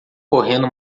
correndo